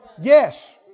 Yes